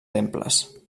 temples